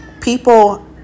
people